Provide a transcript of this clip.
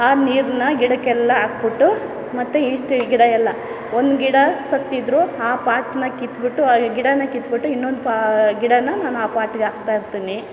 ಆ ನೀರನ್ನ ಗಿಡಕ್ಕೆಲ್ಲ ಹಾಕ್ಬಿಟ್ಟು ಮತ್ತೆ ಇಷ್ಟು ಗಿಡವೆಲ್ಲ ಒಂದು ಗಿಡ ಸತ್ತಿದ್ದರು ಆ ಪಾಟ್ನ ಕಿತ್ಬಿಟ್ಟು ಆ ಗಿಡನ ಕಿತ್ಬಿಟ್ಟು ಇನ್ನೊಂದು ಪಾ ಗಿಡನ ನಾನು ಆ ಫಾಟ್ಗೆ ಹಾಕ್ತಾಯಿರ್ತೀನಿ